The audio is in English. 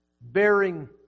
Bearing